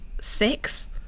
six